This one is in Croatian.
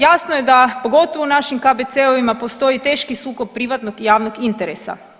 Jasno je da, pogotovo u našim KBC-ima postoji teški sukob privatnog i javnog interesa.